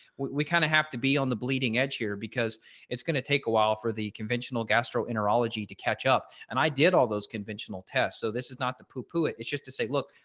we kind of have to be on the bleeding edge here because it's going to take a while for the conventional gastroenterology to catch up and i did all those conventional tests. so this is not the poopoo it is just to say look,